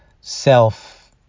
self